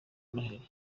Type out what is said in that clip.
noheli